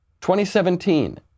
2017